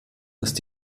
ist